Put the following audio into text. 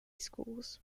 schools